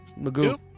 Magoo